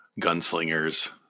gunslingers